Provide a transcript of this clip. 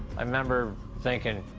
i remember thinking, oh,